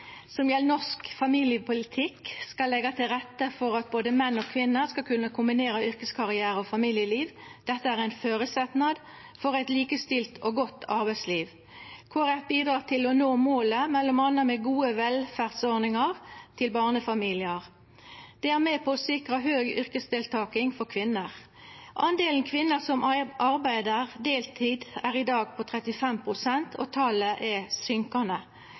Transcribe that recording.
Norsk familiepolitikk skal leggja til rette for at både menn og kvinner skal kunna kombinera yrkeskarriere og familieliv. Dette er ein føresetnad for eit likestilt og godt arbeidsliv. Kristeleg Folkeparti bidreg til å nå målet, m.a. med gode velferdsordningar til barnefamiliar. Det er med på å sikra høg yrkesdeltaking for kvinner. Talet på kvinner som arbeider deltid, er i dag 35 pst., og det er